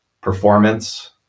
performance